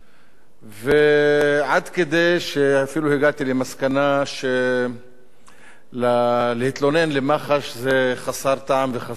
עד כדי כך שאפילו הגעתי למסקנה שלהתלונן למח"ש זה חסר טעם וחסר משמעות.